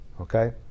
Okay